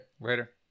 Later